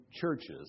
churches